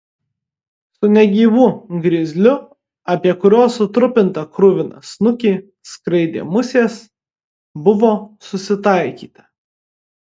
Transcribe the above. su negyvu grizliu apie kurio sutrupintą kruviną snukį skraidė musės buvo susitaikyta